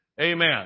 Amen